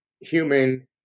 human